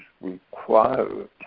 required